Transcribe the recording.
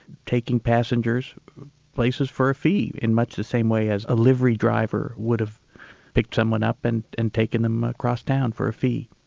taking passengers places for a fee, in much the same way as a livery driver would have picked someone up and and taken them across town for a fee.